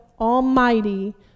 Almighty